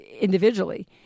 individually